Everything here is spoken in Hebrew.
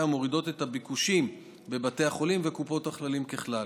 ומורידות את הביקושים בבתי החולים וקופות החולים ככלל.